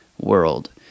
world